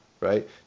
right